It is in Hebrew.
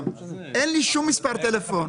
אין לי שום מספר טלפון.